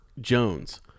Jones